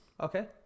Okay